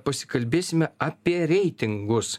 pasikalbėsime apie reitingus